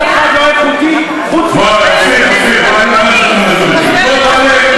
אף אחד לא איכותי חוץ מחבר הכנסת אילן גילאון.